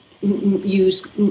use